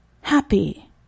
happy